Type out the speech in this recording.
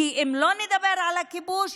כי אם לא נדבר על הכיבוש,